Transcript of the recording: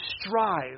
strive